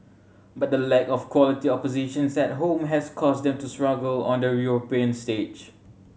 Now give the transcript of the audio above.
but the lack of quality oppositions at home has caused them to struggle on the European stage